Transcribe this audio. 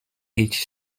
each